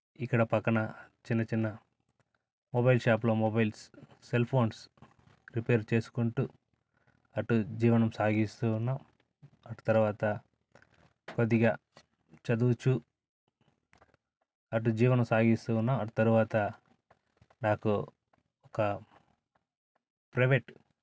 ఇక్కడ పక్కన చిన్న చిన్న మొబైల్ షాప్లో మొబైల్స్ సెల్ ఫోన్స్ రిపేర్ చేసుకుంటు అటు జీవనం సాగిస్తున్నాం అటు తర్వాత కొద్దిగా చదువుతు అటు జీవనం సాగిస్తు ఉన్న అటు తర్వాత నాకు ఒక ప్రైవేట్